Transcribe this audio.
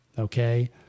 Okay